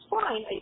fine